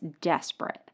desperate